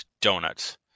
donuts